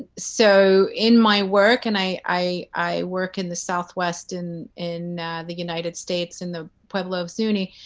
so in my work and i i work in the southwest in in the united states in the pueblo zuni,